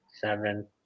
seven